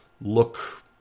look